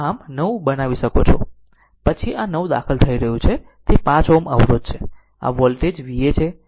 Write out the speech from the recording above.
આમ 9 બનાવી શકો છો પછી આ 9 દાખલ થઈ રહ્યું છે પછી તે 5 Ω અવરોધ છે આ વોલ્ટેજ Va છે